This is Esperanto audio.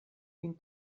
vin